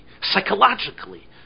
psychologically